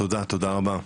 תודה רבה.